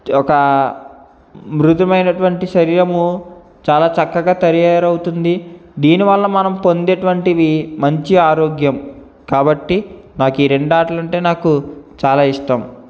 ఒక మృదుమైనటువంటి శరీరము చాలా చక్కగా తయారవుతుంది దీని వల్ల మనం పొందేటటువంటి మంచి ఆరోగ్యం కాబట్టి నాకు ఈ రెండు ఆటలు అంటే నాకు చాలా ఇష్టం